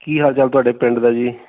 ਕੀ ਹਾਲ ਚਾਲ ਤੁਹਾਡੇ ਪਿੰਡ ਦਾ ਜੀ